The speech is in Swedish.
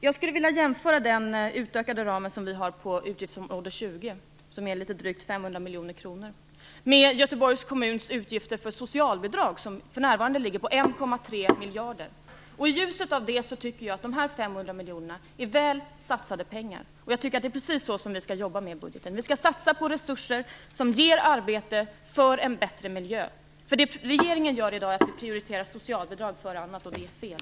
Jag skulle vilja jämföra den utökade ram vi föreslår för utgiftsområde 20, litet drygt 500 miljoner kronor, med Göteborgs kommuns utgifter för socialbidrag, som för närvarande ligger på 1,3 miljarder. I ljuset av detta tycker jag att de 500 miljonerna är väl satsade pengar. Det är precis så vi skall jobba med budgeten. Vi skall satsa på resurser som ger arbete för en bättre miljö. Vad regeringen gör i dag är att prioritera socialbidrag före annat, och det är fel.